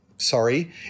Sorry